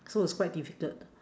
so it's quite difficult